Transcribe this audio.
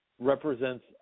represents